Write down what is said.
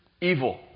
evil